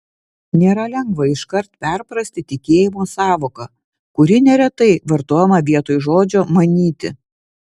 nėra lengva iškart perprasti tikėjimo sąvoką kuri neretai vartojama vietoj žodžio manyti